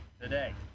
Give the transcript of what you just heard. today